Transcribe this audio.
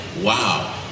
wow